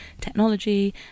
technology